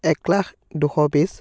এক লাখ দুশ বিছ